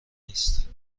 نیست